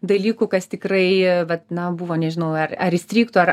dalykų kas tikrai vat na buvo nežinau ar ar įstrigtų ar